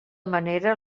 manera